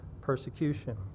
persecution